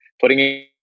putting